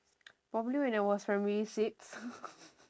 probably when I was primary six